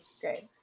Great